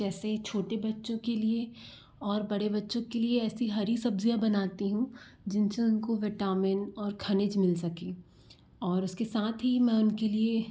जैसे छोटे बच्चों के लिए और बड़े बच्चों के लिए ऐसी हरी सब्जियां बनती हूँ जिनसे उनको विटामिन और खनिज मिल सके और इसके साथ ही मैं उनके लिए